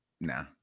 Nah